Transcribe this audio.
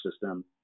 system